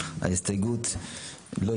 אז אנחנו נתחיל עם ההסתייגויות של יש עתיד.